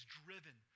driven